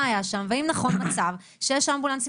מה היה שם ואם נכון המצב שיש אמבולנסים